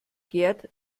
gerd